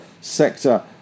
sector